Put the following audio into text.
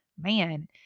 man